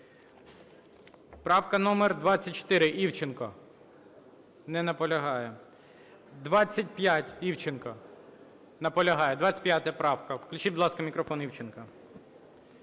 Правка номер 24, Івченко. Не наполягає. 25, Івченко. Наполягає. 25 правка. Включіть, будь ласка, мікрофон Івченка.